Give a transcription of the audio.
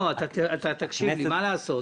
לא, אתה תקשיב לי, מה לעשות.